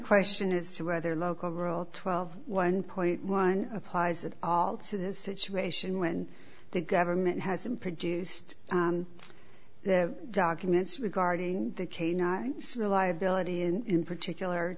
question as to whether local rule twelve one point one applies at all to this situation when the government has produced the documents regarding the canine reliability in particular